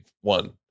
one